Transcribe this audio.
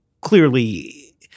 clearly